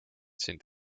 sind